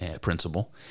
principle